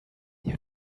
you